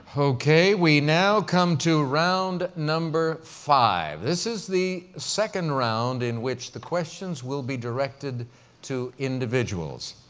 okay. we now come to round number five. this is the second round in which the questions will be directed to individuals.